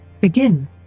Begin